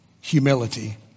humility